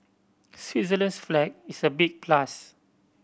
Switzerland's flag is a big plus